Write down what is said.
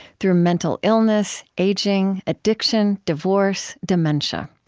through mental illness, aging, addiction, divorce, dementia.